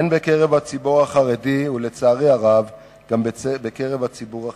הן בקרב הציבור החרדי ולצערי הרב גם בקרב הציבור החילוני.